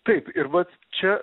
taip ir vat čia